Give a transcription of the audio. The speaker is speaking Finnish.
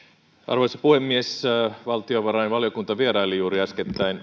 arvoisa puhemies valtiovarainvaliokunta vieraili juuri äskettäin kanadassa ja kuten